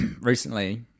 recently